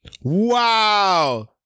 Wow